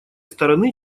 стороны